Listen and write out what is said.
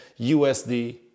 USD